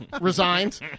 resigned